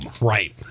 right